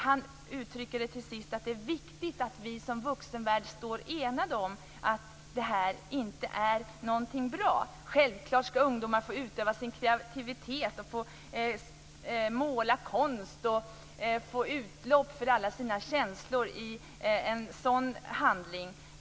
Han uttrycker till sist att det är viktigt att vi som vuxenvärld står enade om att det här inte är något bra. Självklart skall ungdomar få utöva sin kreativitet, få måla konst och få utlopp för alla sina känslor i en sådan handling.